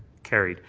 carried.